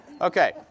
Okay